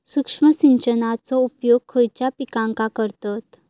सूक्ष्म सिंचनाचो उपयोग खयच्या पिकांका करतत?